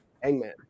Hangman